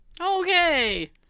Okay